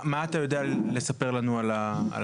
מה אתה יודע לספר לנו על התהליך?